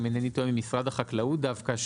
אם אינני טועה ממשרד החקלאות דווקא,